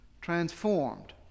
transformed